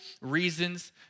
reasons